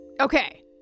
Okay